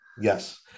Yes